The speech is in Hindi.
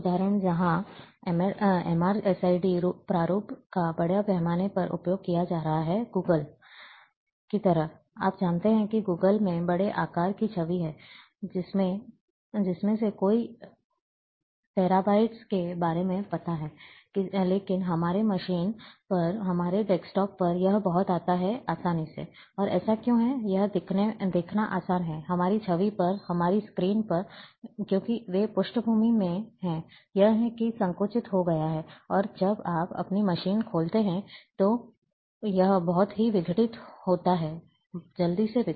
एक उदाहरण जहां MrSID प्रारूप का बड़े पैमाने पर उपयोग किया जा रहा है Google धरती की तरह आप जानते हैं कि Google धरती में बड़े आकार की छवि है जिसमें से आपको कई टेराबाइट्स के बारे में पता है लेकिन हमारे मशीन पर हमारे डेस्कटॉप पर यह बहुत आता है आसानी से और ऐसा क्यों है यह देखना आसान है हमारी छवि पर हमारी स्क्रीन पर क्योंकि वे पृष्ठभूमि में हैं यह है कि यह संकुचित हो गया है और जब आप अपनी मशीन में खोलते हैं तो यह बहुत ही विघटित होता है जल्दी से